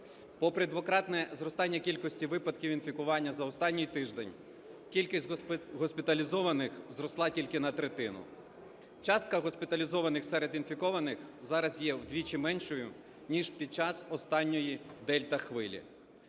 Попри двократне зростання кількості випадків інфікування за останній тиждень кількість госпіталізованих зросла тільки на третину. Частка госпіталізованих серед інфікованих зараз є вдвічі меншою ніж під час останньої "Дельта"-хвилі.